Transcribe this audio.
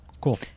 Cool